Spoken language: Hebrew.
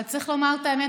אבל צריך לומר את האמת,